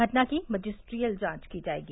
घटना की मजिस्ट्रियल जांच की जायेगी